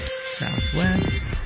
Southwest